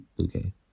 okay